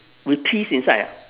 with peas inside ah